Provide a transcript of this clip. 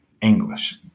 english